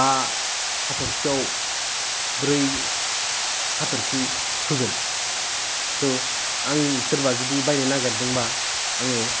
बा हाथ'रखिआव ब्रै हाथ'रखि होगोन स' आं सोरबा जुदि बायनो नागेरदोंबा आङो